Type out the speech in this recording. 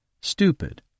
stupid